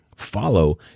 follow